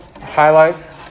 highlights